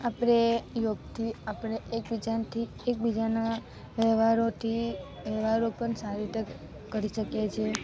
આપણે યોગથી આપણે એકબીજાના વ્યવહારોથી વ્યવહારો પણ સારી રીતે કરી શકીએ છીએ